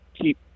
keep